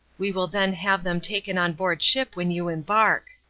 we will then have them taken on board ship when you embark.